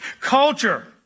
Culture